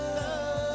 love